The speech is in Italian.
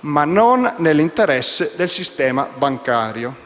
ma non nell'interesse del sistema bancario.